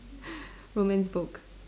romance books